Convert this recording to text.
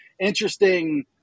interesting